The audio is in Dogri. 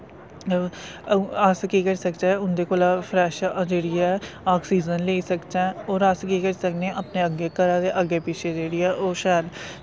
अस केह् करी सकचै उंदे कोला फ्रैश जेह्ड़ी ऐ आक्सीजन लेई सकचै और अस केह् करी सकने अपने अग्गे घरा दे अग्गे पिछे जेह्ड़ी ऐ ओह् शैल